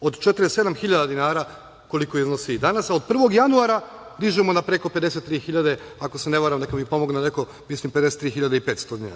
od 47 hiljada dinara, koliko iznosi danas, a od 1. januara dižemo na preko 53 hiljade, ako se ne varam, neka mi pomogne neko, mislim